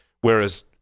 Whereas